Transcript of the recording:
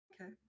Okay